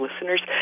listeners